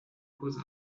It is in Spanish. cosa